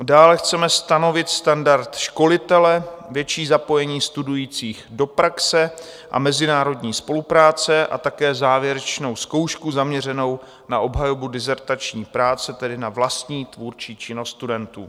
Dále chceme stanovit standard školitele, větší zapojení studujících do praxe a mezinárodní spolupráce a také závěrečnou zkoušku zaměřenou na obhajobu dizertační práce, tedy na vlastní tvůrčí činnost studentů.